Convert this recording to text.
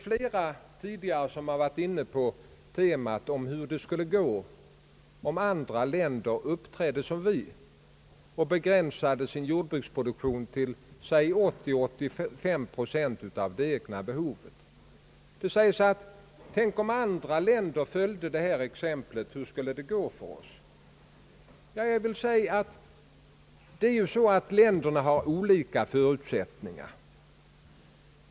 Flera tidigare talare har varit inne på temat hur det skulle gå om andra länder uppträdde som vi och begränsade sin jordbruksproduktion till exempelvis 80—585 procent av det egna behovet. Hur skulle det gå för oss om andra länder följde detta exempel? Ja, länderna har ju olika förutsättningar.